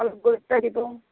অলপ গুৰুত্ব দিব